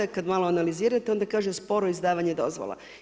I kad malo analizirate onda kaže sporo izdavanje dozvola.